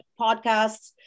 podcasts